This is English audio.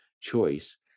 choice